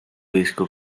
disco